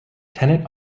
tenet